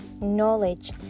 knowledge